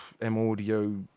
M-Audio